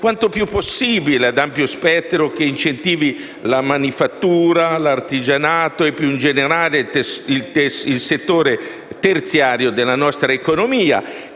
quanto più possibile ad ampio spettro che incentivi la manifattura, l'artigianato e, più in generale, il settore terziario della nostra economia,